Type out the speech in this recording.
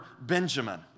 Benjamin